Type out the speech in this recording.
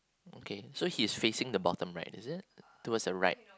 okay so he's facing the bottom right is it towards the right